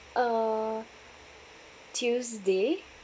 uh tuesday